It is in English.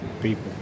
people